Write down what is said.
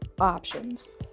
options